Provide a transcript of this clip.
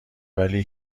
ولی